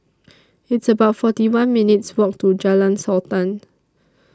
It's about forty one minutes' Walk to Jalan Sultan